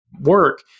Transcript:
work